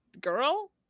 girl